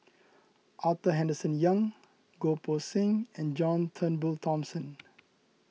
Arthur Henderson Young Goh Poh Seng and John Turnbull Thomson